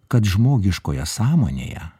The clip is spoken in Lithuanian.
kad žmogiškoje sąmonėje